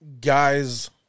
guys